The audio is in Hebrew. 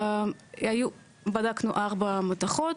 בדקנו ארבע מתכות,